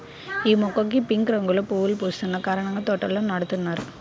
యీ మొక్కకి పింక్ రంగులో పువ్వులు పూస్తున్న కారణంగా తోటల్లో నాటుతున్నారు